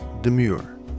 Demure